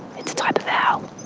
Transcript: it's a type of owl,